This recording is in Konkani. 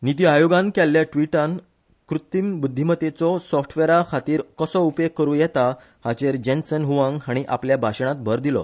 निती आयोगान केल्ल्या ट्विटान कृत्रिम ब्रध्दीमत्तेचो सॉफ्टवेअरा खातीर कसो उपेग करु येता हाचेर जॅन्सन ह्वांग हाणी आपल्या भाशणांत भर दिलो